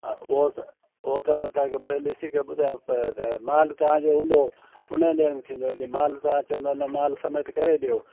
हा उहो त उहो त तव्हांखे बैल ॾिसी करे ॿुधायूं पर त माल तव्हांजो हूंदो उन ने अन थींदो जे माल तव्हां चवंदा न माल समेत करे ॾियो